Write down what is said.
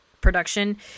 production